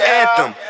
anthem